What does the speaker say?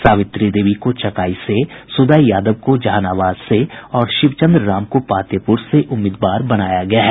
सावित्री देवी को चकाई से सुदय यादव को जहानाबाद से और शिवचंद्र राम को पातेपुर से उम्मीदवार बनाया गया है